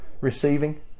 receiving